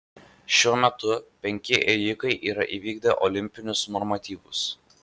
šiuo metu penki ėjikai yra įvykdę olimpinius normatyvus